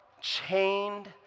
chained